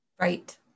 right